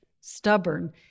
stubborn